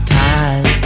time